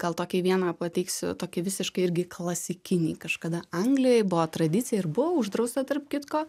gal tokį vieną pateiksiu tokį visiškai irgi klasikinį kažkada anglijoj buvo tradicija ir buvo uždrausta tarp kitko